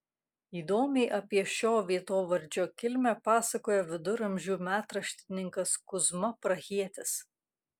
įdomiai apie šio vietovardžio kilmę pasakoja viduramžių metraštininkas kuzma prahietis